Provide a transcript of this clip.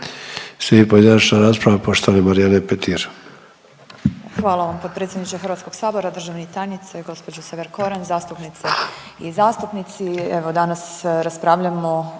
pojedinačna rasprava poštovane Marijane Petir.